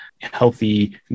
healthy